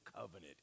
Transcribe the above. covenant